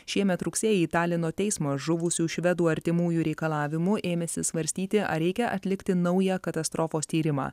šiemet rugsėjį talino teismas žuvusių švedų artimųjų reikalavimu ėmėsi svarstyti ar reikia atlikti naują katastrofos tyrimą